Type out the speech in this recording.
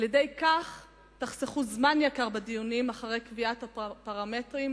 על-ידי כך תחסכו זמן יקר בדיונים אחרי קביעת הפרמטרים.